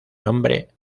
nombre